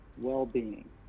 well-being